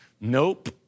nope